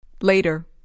Later